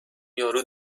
یارو